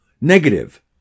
negative